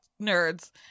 nerds